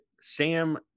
Sam